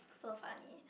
so funny